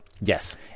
Yes